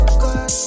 good